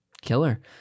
Killer